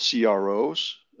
CROs